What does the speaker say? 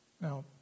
Now